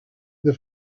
the